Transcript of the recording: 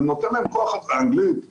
אנגלית.